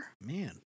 Man